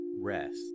Rest